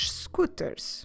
scooters